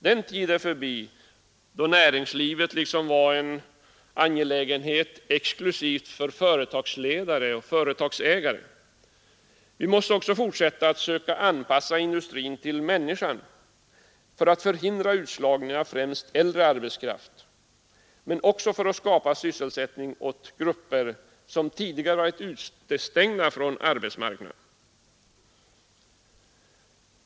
Den tid är förbi då näringslivet var en angelägenhet exklusivt för företagsledare och företagsägare. Vi måste också fortsätta att söka anpassa industrin till människan för att förhindra utslagningen av främst äldre arbetskraft men också för att skapa sysselsättning åt grupper som tidigare varit utestängda från arbetsmarknaden.